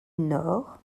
nord